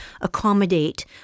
accommodate